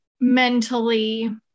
mentally